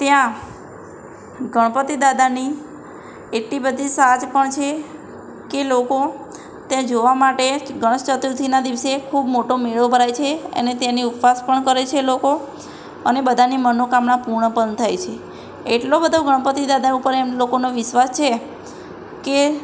ત્યાં ગણપતિ દાદાની એટલી બધી સાચ પણ છે કે લોકો ત્યાં જોવા માટે ગણેશચતુર્થીના દિવસે ખૂબ મોટો મેળો ભરાય છે અને તેની ઉપવાસ પણ કરે છે લોકો અને બધાની મનોકામના પૂર્ણ પણ થાય છે એટલો બધો ગણપતિદાદા ઉપર એમ લોકોનો વિશ્વાસ છે કે